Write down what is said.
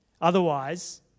otherwise